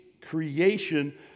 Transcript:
creation